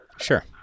Sure